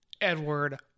Edward